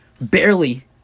barely